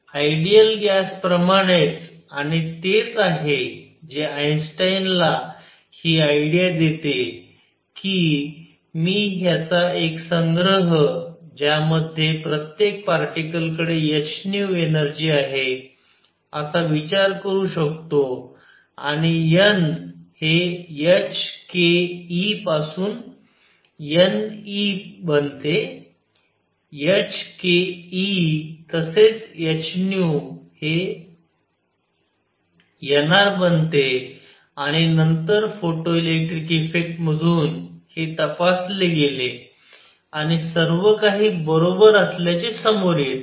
ideal gas प्रमाणेच आणि तेच आहे जे आइनस्टाइन ला हि आयडिया देते कि मी ह्याचा एक संग्रह ज्या मध्ये प्रत्येक पार्टीकल कडे h एनर्जी आहे असा विचार करू शकतो आणि n हे h k E पासून n E बनते h k E तसेच h हे n R बनते आणि नंतर फोटोइलेकट्रीक इफेक्ट मधून हे तपासले गेले आणि सर्वकाही बरोबर असल्याचे समोर येते